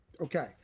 Okay